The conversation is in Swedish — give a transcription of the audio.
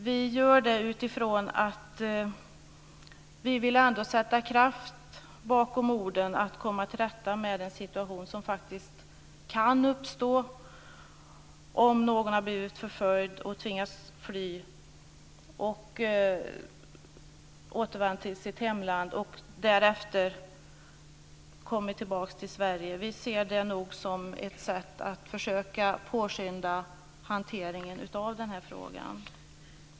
Vi gör det utifrån att vi vill sätta kraft bakom orden för att komma till rätta med den situation som kan uppstå om någon har blivit förföljd, tvingats fly och återvänt till sitt hemland och därefter kommer tillbaka till Sverige. Vi ser det som ett sätt att försöka påskynda hanteringen av den här frågan.